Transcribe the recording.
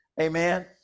Amen